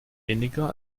weniger